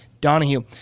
Donahue